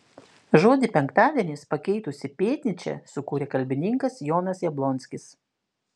žodį penktadienis pakeitusį pėtnyčią sukūrė kalbininkas jonas jablonskis